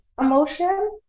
emotion